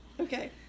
Okay